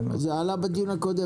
זה עלה בדיון הקודם.